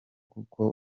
kuko